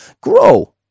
grow